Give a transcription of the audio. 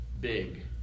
big